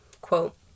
Quote